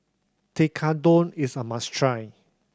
Tekkadon is a must try